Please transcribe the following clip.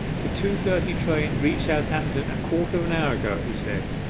the two-thirty train reached southampton a quarter of an hour ago he said.